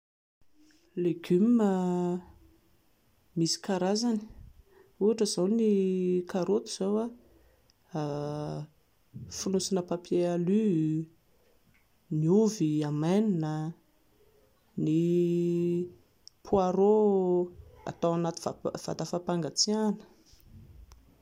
Ny legioma misy karazany, ohatra izao ny karaoty izao fonosina papier alu, ny ovy hamainina, ny poireau hatao anaty vata fapangatsiahana